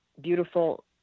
beautiful